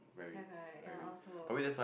have right ya I also